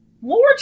more